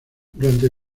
durante